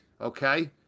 okay